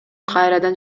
кайрадан